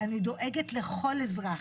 אני דואגת לכל אזרח.